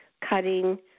cutting